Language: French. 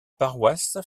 paroisse